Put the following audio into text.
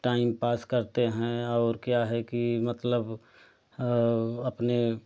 time pass करते हैं और क्या है कि मतलब अपने